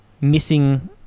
missing